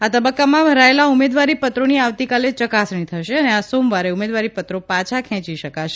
આ તબક્કામાં ભરાયેલા ઉમેદવારી પત્રોની આવતીકાલે ચકાસણી થશે અને આ સોમવારે ઉમેદવારી પત્રો પાછા ખેંચી શકાશે